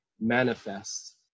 manifest